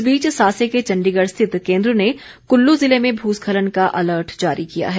इस बीच सासे के चण्डीगढ़ स्थित केन्द्र ने कुल्लू जिले में भू स्खलन का अलर्ट जारी किया है